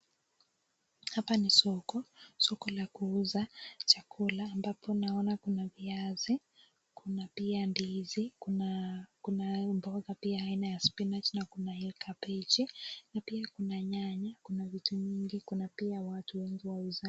Hapa ni soko, soko la kuuza chakula ambapo naona kuna viazi, kuna pia ndizi, kunayo mboga pia aina ya spinach na kunayo kabeji na pia kuna nyanya, kuna vitu mingi, kuna pia watu wengi wauzaji.